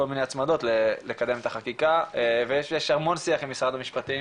מיני הצמדות לקדם את החקיקה ויש המון שיח עם משרד המשפטים